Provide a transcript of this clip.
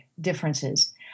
differences